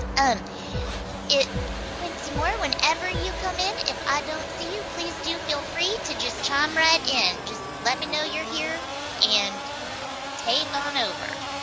um quincie moore, whenever you come in, if i don't see you please do feel free to just chime right in. just let me know you're here and take on over.